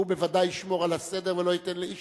הוא בוודאי ישמור על הסדר ולא ייתן לאיש